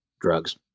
drugs